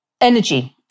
Energy